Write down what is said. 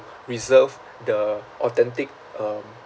reserve the authentic um